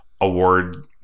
award